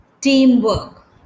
teamwork